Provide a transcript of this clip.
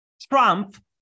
Trump